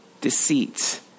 deceit